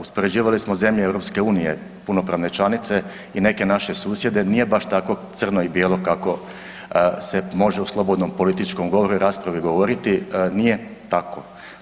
Uspoređivali smo zemlje EU, punopravne članice i neke naše susjede, nije baš tako crno i bijelo kako se može u slobodnom političkom govoru i raspravi govoriti, nije tako.